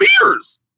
beers